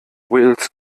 wales